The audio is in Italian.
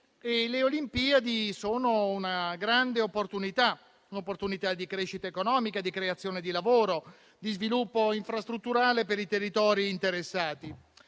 Le Olimpiadi sono una grande opportunità di crescita economica, di creazione di lavoro e di sviluppo infrastrutturale per i territori interessati.